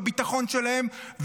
בביטחון שלהם.